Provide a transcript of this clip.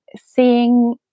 seeing